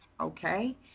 okay